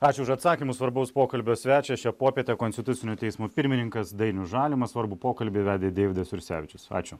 ačiū už atsakymus svarbaus pokalbio svečias šią popietę konstitucinio teismo pirmininkas dainius žalimas svarbų pokalbį vedė deividas jursevičius ačiū